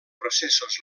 processos